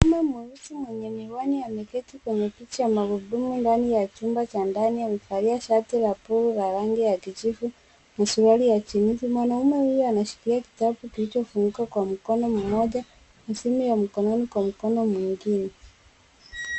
Mtu mweusi mwenye miwani ameketi kwenye kiti cha magurudumu ndani ya chumba cha ndani. Amevalia shati la buluu na rangi ya kijivu na suruali ya jinsi. Mwanaume huyo anashikilia kitabu kilichofunguka kwa mkono mmoja na simu ya mkononi kwa mkono mwingine.